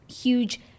huge